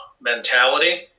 mentality